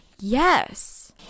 yes